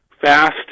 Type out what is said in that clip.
fast